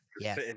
yes